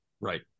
right